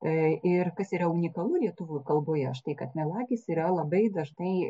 e ir kas yra unikalu lietuvių kalboje štai kad melagis yra labai dažnai